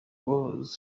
was